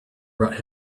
brought